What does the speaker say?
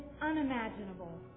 unimaginable